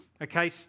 Okay